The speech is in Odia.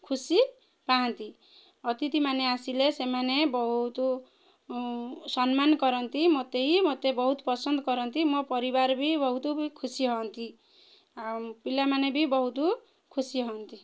ଖୁସି ପାଆନ୍ତି ଅତିଥିମାନେ ଆସିଲେ ସେମାନେ ବହୁତ ସମ୍ମାନ କରନ୍ତି ମୋତେ ହିଁ ମୋତେ ବହୁତ ପସନ୍ଦ କରନ୍ତି ମୋ ପରିବାର ବି ବହୁତ ବି ଖୁସି ହୁଅନ୍ତି ଆଉ ପିଲାମାନେ ବି ବହୁତ ଖୁସି ହୁଅନ୍ତି